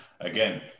Again